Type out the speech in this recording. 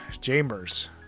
Chambers